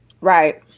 Right